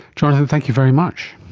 jonathan, thank you very much.